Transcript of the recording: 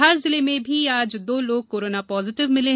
धार जिले में भी आज दो लोग कोरोना पॉजिटिव मिले